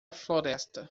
floresta